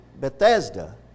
Bethesda